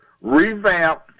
Revamp